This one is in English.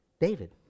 david